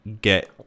get